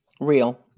real